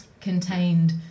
contained